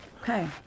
Okay